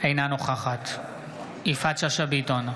אינה נוכחת יפעת שאשא ביטון,